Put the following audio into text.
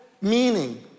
meaning